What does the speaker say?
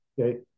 Okay